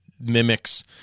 mimics